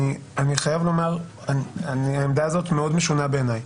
אני חייב לומר שהעמדה הזאת מאוד משונה בעיניי.